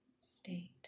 state